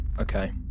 Okay